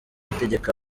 itegeka